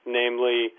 namely